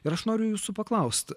ir aš noriu jūsų paklaust